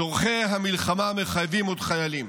צורכי המלחמה מחייבים עוד חיילים.